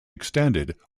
extended